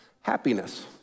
happiness